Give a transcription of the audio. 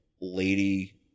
lady